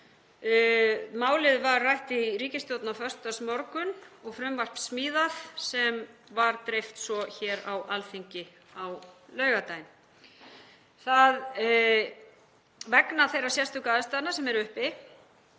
Málið var rætt í ríkisstjórn á föstudagsmorgun og frumvarp smíðað sem var dreift svo hér á Alþingi á laugardaginn. Vegna þeirra sérstöku aðstæðna sem eru uppi